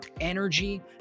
energy